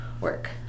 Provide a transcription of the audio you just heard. work